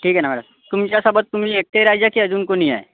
ठीक आहे ना मॅडम तुमच्यासोबत तुम्ही एकटे रहायचे की अजून कोणी आहे